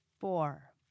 four